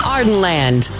Ardenland